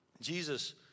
Jesus